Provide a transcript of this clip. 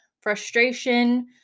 frustration